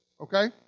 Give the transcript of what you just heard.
okay